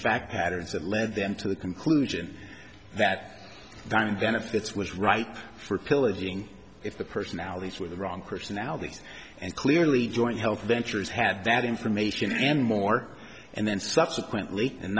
fact patterns that led them to the conclusion that diamond benefits was ripe for pillaging if the personalities with the wrong personalities and clearly joint health ventures had that information anymore and then subsequently